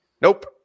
Nope